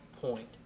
point